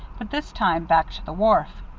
but this time back to the wharf.